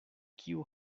kiu